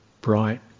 bright